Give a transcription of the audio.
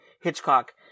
Hitchcock